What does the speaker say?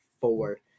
four